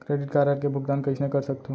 Credit card के भुगतान कइसने कर सकथो?